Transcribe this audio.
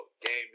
game